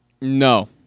No